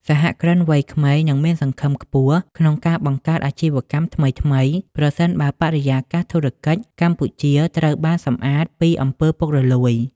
សហគ្រិនវ័យក្មេងនឹងមានសង្ឃឹមខ្ពស់ក្នុងការបង្កើតអាជីវកម្មថ្មីៗ ប្រសិនបើបរិយាកាសធុរកិច្ចកម្ពុជាត្រូវបានសម្អាតពី អំពើពុករលួយ។